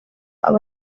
aba